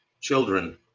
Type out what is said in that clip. children